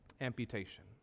Amputation